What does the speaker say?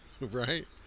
right